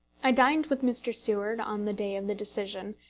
i dined with mr. seward on the day of the decision,